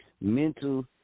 Mental